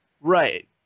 Right